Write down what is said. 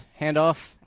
handoff